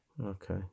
Okay